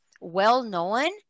well-known